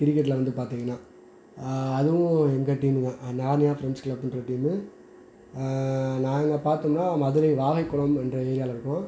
கிரிக்கெட்டில் வந்து பார்த்தீங்கனா அதுவும் எங்கள் டீம் தான் நார்னியா ஃப்ரெண்ட்ஸ் க்ளப்புன்ற டீமு நாங்கள் பார்த்தோம்னா மதுரை வாகைக்குளம்ன்ற ஏரியாவில இருக்கோம்